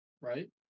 right